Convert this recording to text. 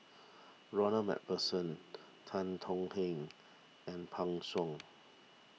Ronald MacPherson Tan Tong Hye and Pan Shou